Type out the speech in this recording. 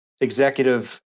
executive